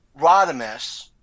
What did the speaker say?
Rodimus